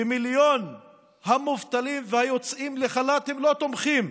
במיליון המובטלים והיוצאים לחל"תים הם לא תומכים,